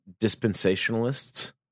dispensationalists